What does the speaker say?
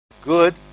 good